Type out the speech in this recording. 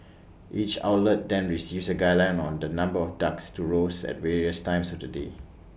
each outlet then receives A guideline on the number of ducks to roast at various times of the day